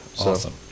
Awesome